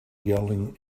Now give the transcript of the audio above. yelling